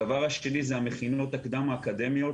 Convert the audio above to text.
הדבר השני זה המכינות הקדם אקדמיות